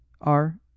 Are